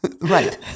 Right